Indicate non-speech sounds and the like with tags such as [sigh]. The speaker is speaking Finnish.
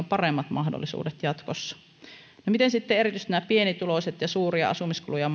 [unintelligible] paremmat mahdollisuudet jatkossa no miten sitten on erityisesti näiden pienituloisten ja suuria asumiskuluja [unintelligible]